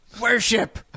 Worship